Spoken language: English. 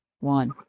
one